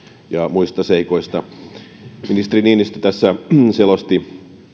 muista seikoista ministeri niinistö tässä selosti